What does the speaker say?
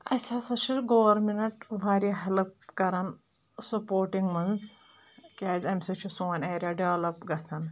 اسہِ ہسا چھُ گورمنٛٹ واریاہ ہیٚلپ کران سُپوٹنگ منٛز کیاز امہِ سۭتۍ چھُ سون ایریا ڈیٚولپ گژھان